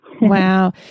Wow